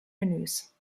menüs